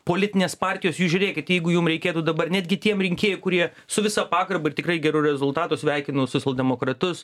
politinės partijos jūs žiūrėkit jeigu jum reikėtų dabar netgi tiem rinkėjai kurie su visa pagarba ir tikrai geru rezultatu sveikinu socialdemokratus